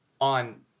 on